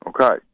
Okay